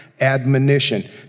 admonition